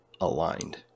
aligned